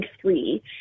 three